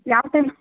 ಯಾವ ಟೈಮ್